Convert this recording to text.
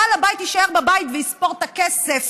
בעל הבית יישאר בבית ויספור את הכסף